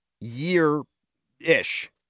year-ish